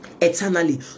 eternally